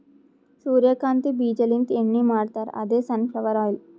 ಸೂರ್ಯಕಾಂತಿ ಬೀಜಾಲಿಂತ್ ಎಣ್ಣಿ ಮಾಡ್ತಾರ್ ಅದೇ ಸನ್ ಫ್ಲವರ್ ಆಯಿಲ್